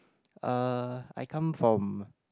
uh I come from